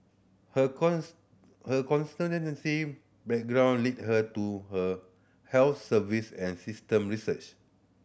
her her background lead her to her health service and system research